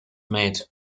made